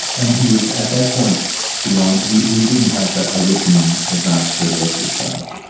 and he was at that point beyond, he he didn't have a written advance care directive, though?